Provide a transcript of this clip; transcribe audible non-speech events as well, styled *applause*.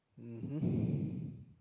mmhmm *breath*